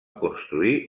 construir